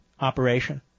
operation